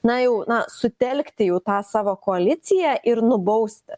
na jau na sutelkti jau tą savo koaliciją ir nubausti